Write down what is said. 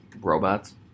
robots